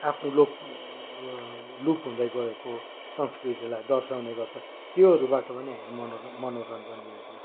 आफ्नो लोक लोप हुँदै गएको संस्कृतिलाई दर्शाउने गर्छ त्योहरूबाट पनि हामी मनोरन्जन मनोरन्जन लिन्छौँ